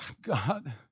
God